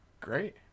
Great